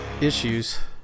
issues